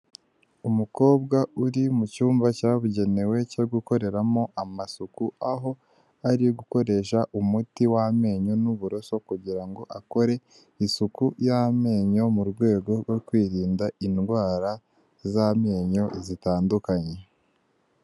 Umukobwa uri mu cyumba cyabugenewe cyo gukoreramo amasuku, aho ari gukoresha umuti w' amenyo n'uburoso kugira ngo akore isuku y'amenyo, mu rwego rwo kwirinda indwara z'amenyo zitandukanye.